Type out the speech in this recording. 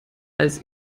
als